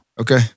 Okay